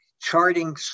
charting